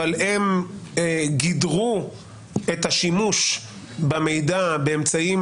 אבל הם גידרו את השימוש במידע באמצעים